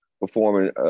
performing